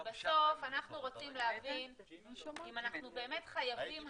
כי בסוף אנחנו רוצים להבין אם אנחנו באמת חייבים